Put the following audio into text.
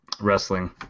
wrestling